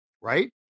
right